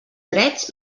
drets